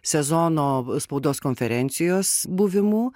sezono spaudos konferencijos buvimu